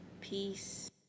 Peace